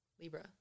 Libra